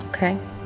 Okay